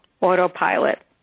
autopilot